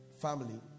family